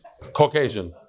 Caucasian